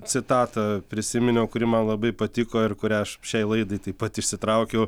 citatą prisiminiau kuri man labai patiko ir kurią aš šiai laidai taip pat išsitraukiau